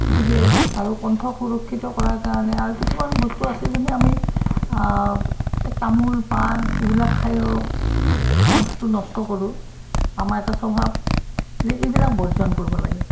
গতিকে আৰু কণ্ঠ সুৰক্ষিত কৰাৰ কাৰণে আৰু কিছুমান বস্তু আছে যেনে আমি এই তামোল পাণ এইবিলাক খায়ো কণ্ঠটো নষ্ট কৰোঁ আমাৰ এটা স্বভাৱ এই এইবিলাক বৰ্জন কৰিব লাগে